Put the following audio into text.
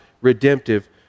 redemptive